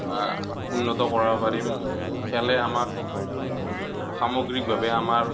উন্নত কৰাব পাৰিম খেলে আমাক সামগ্ৰীকভাৱে আমাৰ